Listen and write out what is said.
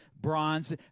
bronze